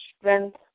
strength